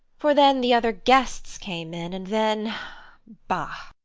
for then the other guests came in, and then bah!